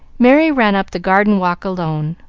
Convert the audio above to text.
merry ran up the garden-walk alone,